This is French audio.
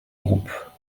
groupes